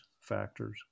factors